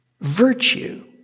Virtue